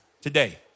today